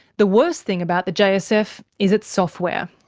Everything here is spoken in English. the worst thing about the jsf is its software.